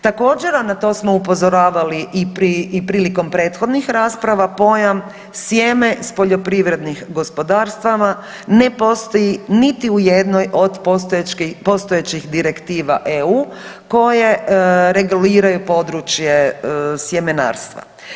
Također, a na to smo upozoravali i prilikom prethodnih rasprava, pojam sjeme s poljoprivrednih gospodarstava ne postoji niti u jednoj od postojećih direktiva EU koje reguliraju područje sjemenarstva.